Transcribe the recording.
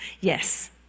Yes